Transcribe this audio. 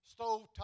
stovetop